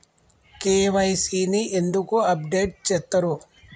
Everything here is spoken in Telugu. కే.వై.సీ ని ఎందుకు అప్డేట్ చేత్తరు?